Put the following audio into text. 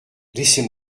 laissez